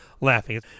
laughing